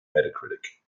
metacritic